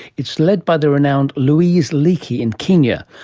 it's led by the renowned louise leakey in kenya,